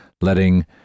letting